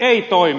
ei toimi